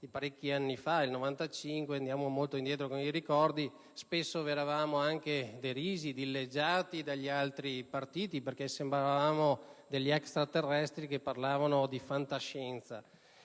che a suo tempo, andando molto indietro con i ricordi, spesso venivamo anche derisi e dileggiati dagli altri partiti perché sembravamo degli extraterrestri che parlavano di fantascienza.